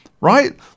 Right